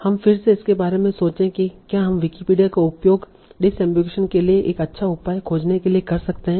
हम फिर से इसके बारे में सोचें कि क्या हम विकिपीडिया का उपयोग डिसअम्बिगुईशन के लिए एक अच्छा उपाय खोजने के लिए कर सकते हैं